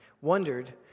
wondered